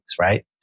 right